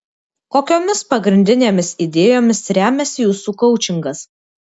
kokiomis pagrindinėmis idėjomis remiasi jūsų koučingas